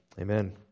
Amen